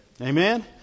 Amen